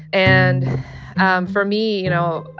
and for me, you know,